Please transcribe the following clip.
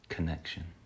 Connection